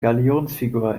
galionsfigur